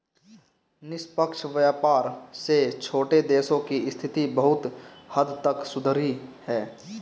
निष्पक्ष व्यापार से छोटे देशों की स्थिति बहुत हद तक सुधरी है